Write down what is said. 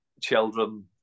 children